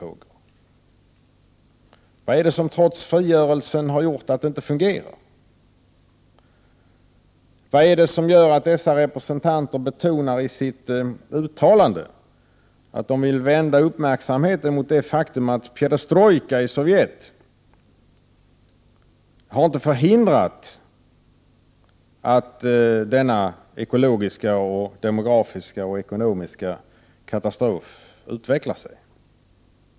Vad är det som trots frigörelsen har gjort att det inte fungerar? Vad är det som gör att dessa representanter i sitt uttalande betonar att de vill vända uppmärksamheten mot det faktum att perestrojkan i Sovjet inte har förhindrat att denna ekologiska, demografiska och ekonomiska katastrof utvecklas?